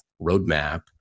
roadmap